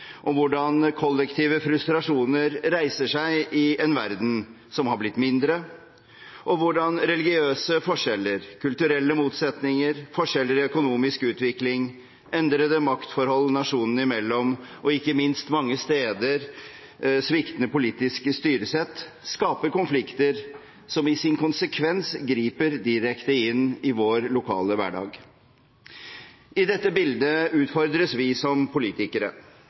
og sorg. De er også en kraftig påminnelse om hvordan kollektive frustrasjoner reiser seg i en verden som har blitt mindre, og om hvordan religiøse forskjeller, kulturelle motsetninger, forskjeller i økonomisk utvikling, endrede maktforhold nasjonene imellom og ikke minst sviktende politisk styresett mange steder skaper konflikter som i sin konsekvens griper direkte inn i vår lokale hverdag. I dette bildet utfordres vi som politikere